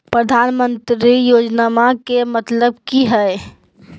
प्रधानमंत्री योजनामा के मतलब कि हय?